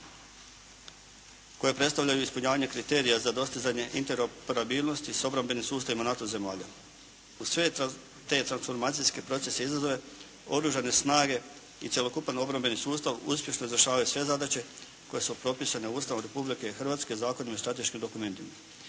koje predstavljaju ispunjavanje kriterija za dostizanje interoperabilnosti s obrambenim sustavima NATO zemalja. Uz sve transformacijske procese i izazove, Oružane snage ii cjelokupan obrambeni sustav uspješno izvršavaju sve zadaće koje su propisane Ustavom Republike Hrvatske, zakonima i strateškim dokumentima.